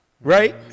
right